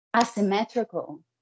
asymmetrical